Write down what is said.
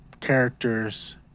characters